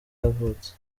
yavutse